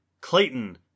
Clayton